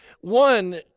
One